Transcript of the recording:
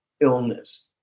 Illness